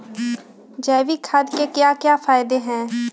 जैविक खाद के क्या क्या फायदे हैं?